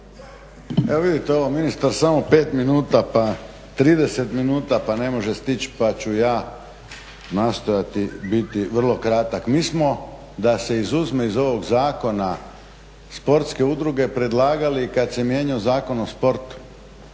Evo vidite ovo ministar samo 5 minuta pa 30 minuta pa ne može stići pa ću ja nastojati biti vrlo kratak. Mi smo da se izuzme iz ovog zakona sportske udruge predlagali kad se mijenjao Zakon o sportu